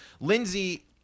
Lindsey